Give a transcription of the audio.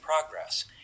progress